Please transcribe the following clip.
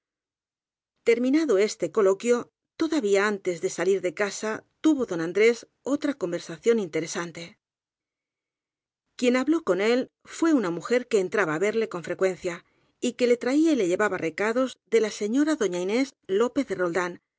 terminado este coloquio todavía antes de salir de casa tuvo don andrés otra conversación intere sante quien habló con él fué una mujer que entraba á verle con frecuencia y que le traía y le llevaba recados de la señora doña inés lópez de roldán